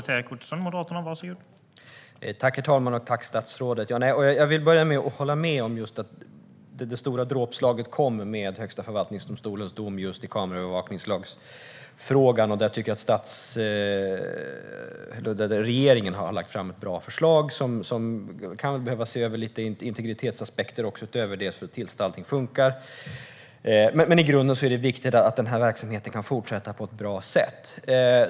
Herr talman! Tack, statsrådet! Jag vill börja med att hålla med om att det stora dråpslaget kom med Högsta förvaltningsdomstolens dom i kameraövervakningslagfrågan. Där tycker jag att regeringen har lagt fram ett bra förslag som kan behöva ses över. Utöver integritetsaspekter bör man se till att allting funkar. I grunden är det viktigt att den här verksamheten kan fortsätta på ett bra sätt.